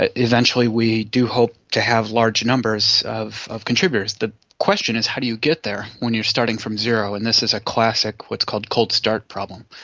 ah eventually we do hope to have large numbers of of contributors. the question is how do you get there when you're starting from zero, and this is a classic what's called cold-start problem.